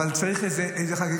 אבל צריך חקיקה.